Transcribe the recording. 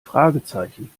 fragezeichen